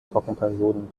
trockenperioden